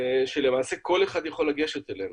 שלמעשה כל אחד יכול לגשת אליהם,